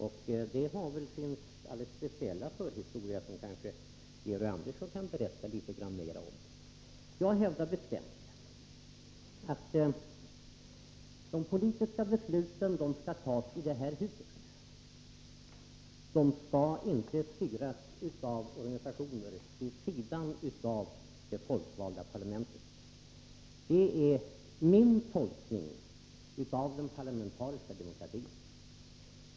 Det har väl sin alldeles speciella förhistoria, som Georg Andersson kanske kan berätta litet mera om. Jag hävdar bestämt att de politiska besluten skall fattas i det här huset. De skall inte styras av organisationer vid sidan av det folkvalda parlamentet. Det är min tolkning av den parlamentariska demokratin.